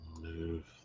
Move